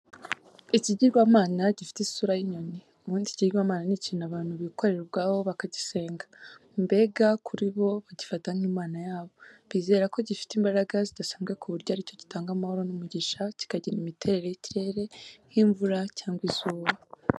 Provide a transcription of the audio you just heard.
Ikigirwamana gifite isura y'inyoni. Ubundi ikigirwamana ni ikintu abantu bikorera ubwabo bakagisenga, mbega kuri bo bagifata nk'Imana yabo. Bizera ko gifite imbaraga zidasanzwe ku buryo ari cyo gitanga amahoro n'umugisha kikagena imiterere y'ikirere nk'imvura cyangwa izuba.